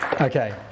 okay